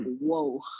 whoa